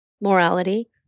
morality